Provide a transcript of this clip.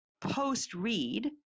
post-read